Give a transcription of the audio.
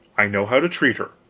i know how to treat her.